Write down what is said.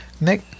Nick